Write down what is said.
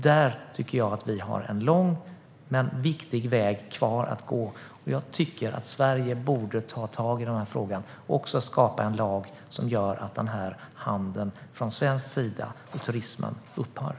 Där har vi en lång och viktig väg kvar att gå. Jag tycker att Sverige borde ta tag i den här frågan och införa en lag som gör att den här handeln och turismen upphör från svensk sida.